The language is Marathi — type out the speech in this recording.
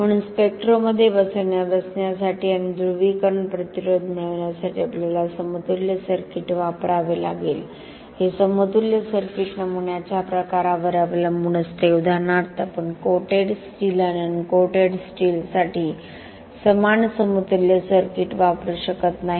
म्हणून स्पेक्ट्रामध्ये बसण्यासाठी आणि ध्रुवीकरण प्रतिरोध मिळविण्यासाठी आपल्याला समतुल्य सर्किट वापरावे लागेल हे समतुल्य सर्किट नमुन्याच्या प्रकारावर अवलंबून असते उदाहरणार्थ आपण कोटेड स्टील आणि अनकोटेड स्टीलसाठी समान समतुल्य सर्किट वापरू शकत नाही